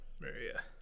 Maria